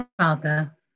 Father